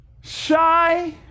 shy